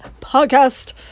podcast